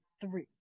three